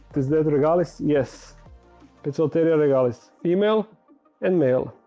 is that regalis? yes poecilotheria regalis female and male.